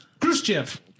Khrushchev